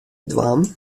dwaan